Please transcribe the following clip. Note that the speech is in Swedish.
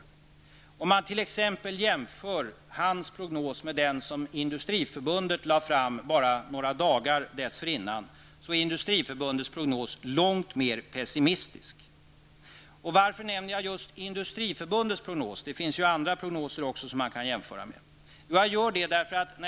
Jämför man t.ex. Allan Larssons prognos med den som Industriförbundet lade fram bara några dagar dessförinnan, är Industriförbundets prognos långt mer pessimistisk. Varför nämner jag just Industriförbundets prognos? Det finns ju andra prognoser att jämföra med.